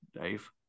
Dave